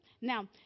Now